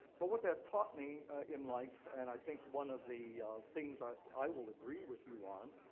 but what that taught me in life, and i think one of the things i i will agree with you on,